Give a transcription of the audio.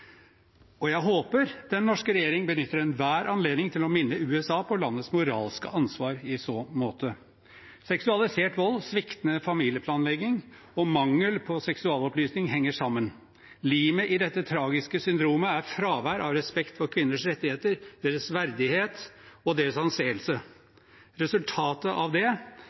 Jeg håper den norske regjering benytter enhver anledning til å minne USA på landets moralske ansvar i så måte. Seksualisert vold, sviktende familieplanlegging og mangel på seksualopplysning henger sammen. Limet i dette tragiske syndromet er fravær av respekt for kvinners rettigheter, deres verdighet og deres anseelse. Resultatet av det